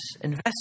Invest